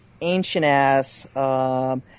ancient-ass